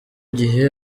gihe